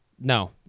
No